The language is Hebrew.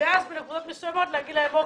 ואז לבוא ולומר להם בסדר,